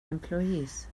employees